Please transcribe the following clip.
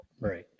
Right